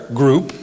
group